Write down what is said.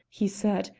he said,